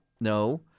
No